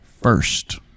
first